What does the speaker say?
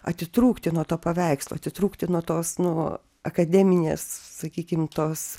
atitrūkti nuo to paveikslo atitrūkti nuo tos nuo akademinės sakykim tos